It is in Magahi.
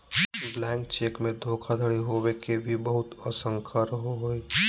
ब्लैंक चेक मे धोखाधडी होवे के भी बहुत आशंका रहो हय